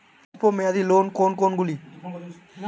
অল্প মেয়াদি লোন কোন কোনগুলি?